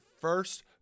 first